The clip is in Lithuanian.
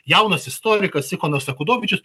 jaunas istorikas ikonas akudovičius